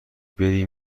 بری